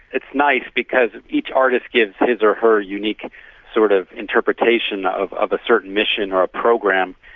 it's nice because each artist gives his or her unique sort of interpretation of of a certain mission or a program,